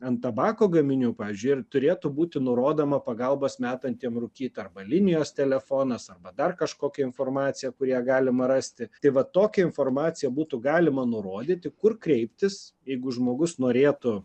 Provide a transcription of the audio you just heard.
ant tabako gaminių pažiui ir turėtų būti nurodoma pagalbos metantiem rūkyt arba linijos telefonas arba dar kažkokia informacija kurią galima rasti tai va tokią informaciją būtų galima nurodyti kur kreiptis jeigu žmogus norėtų